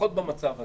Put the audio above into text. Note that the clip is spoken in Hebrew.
לפחות במצב הזה,